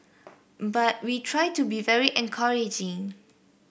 but we try to be very encouraging